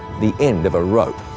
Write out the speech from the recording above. the end of a rope.